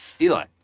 Eli